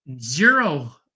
zero